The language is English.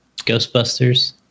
Ghostbusters